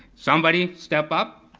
somebody step up,